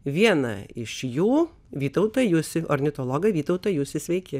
vieną iš jų vytautą jusį ornitologą vytautą jusį sveiki